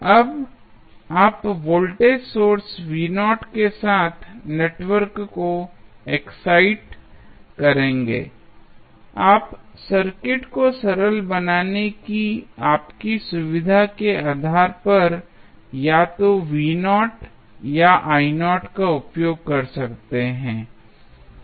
अब आप voltage source के साथ नेटवर्क को एक्साइट करेंगे आप सर्किट को सरल बनाने की आपकी सुविधा के आधार पर या तो या का उपयोग कर सकते हैं